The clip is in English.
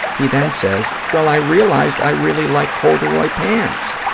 he then says, well, i realized i really like corduroy pants.